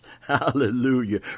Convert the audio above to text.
Hallelujah